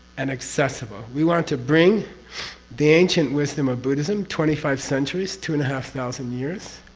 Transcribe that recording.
and accessible. we want to bring the ancient wisdom of buddhism. twenty five centuries, two-and-a-half thousand years,